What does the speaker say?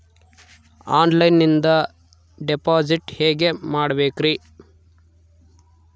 ಆನ್ಲೈನಿಂದ ಡಿಪಾಸಿಟ್ ಹೇಗೆ ಮಾಡಬೇಕ್ರಿ?